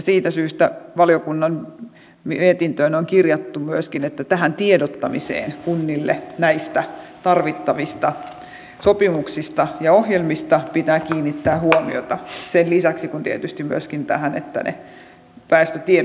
siitä syystä valiokunnan mietintöön on myöskin kirjattu että tiedottamiseen kunnille tarvittavista sopimuksista ja ohjelmista pitää kiinnittää huomiota ja tietysti sen lisäksi myöskin siihen että ne väestötiedot ovat ajan tasalla